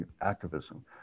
activism